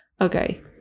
Okay